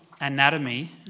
anatomy